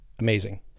amazing